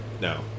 No